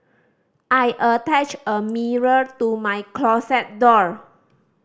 I attached a mirror to my closet door